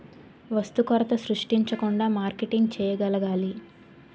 వస్తు కొరత సృష్టించకుండా మార్కెటింగ్ చేయగలగాలి